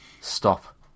Stop